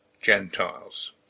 Gentiles